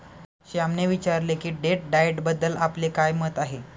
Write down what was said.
श्यामने विचारले की डेट डाएटबद्दल आपले काय मत आहे?